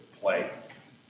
place